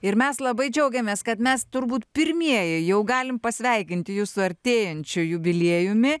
ir mes labai džiaugiamės kad mes turbūt pirmieji jau galim pasveikinti jus su artėjančiu jubiliejumi